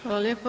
Hvala lijepo.